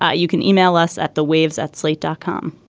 ah you can email us at the waves at slate dot com.